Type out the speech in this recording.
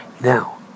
now